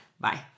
Bye